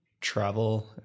travel